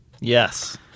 Yes